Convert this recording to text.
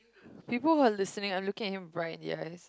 people who are listening are looking at him right in the eyes